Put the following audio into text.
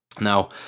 now